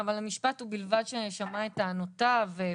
אבל המשפט ובלבד ששמעה את טענותיו -- כן,